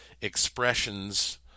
expressions